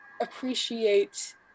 appreciate